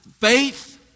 faith